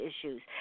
issues